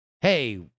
hey